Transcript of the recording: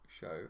show